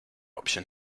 option